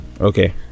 Okay